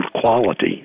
quality